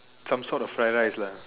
some sort of fried rice lah